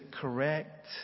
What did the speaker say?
correct